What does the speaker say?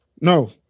No